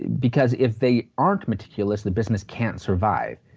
because if they aren't meticulous the business can't survive.